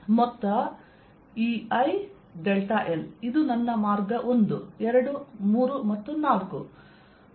ಮೊತ್ತ Ei∆L ಇದು ನನ್ನ ಮಾರ್ಗ 1 2 3 ಮತ್ತು 4